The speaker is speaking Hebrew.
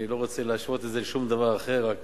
אני לא רוצה להשוות את זה לשום דבר אחר.